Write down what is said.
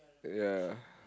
ya